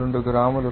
992 గ్రాములు